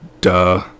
duh